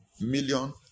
million